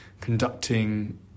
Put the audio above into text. conducting